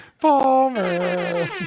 Palmer